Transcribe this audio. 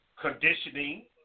conditioning